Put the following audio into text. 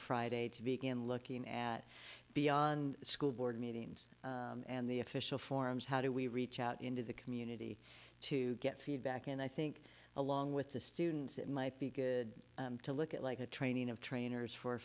friday to began looking at beyond school board meetings and the official forums how do we reach out into the community to get feedback and i think along with the students it might be good to look at like the training of trainers for